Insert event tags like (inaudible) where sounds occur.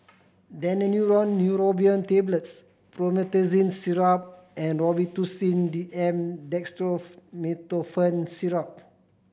Daneuron Neurobion Tablets Promethazine Syrup and Robitussin D M (unintelligible) Syrup